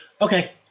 Okay